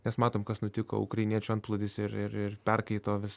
nes matom kas nutiko ukrainiečių antplūdis ir ir ir perkaito vis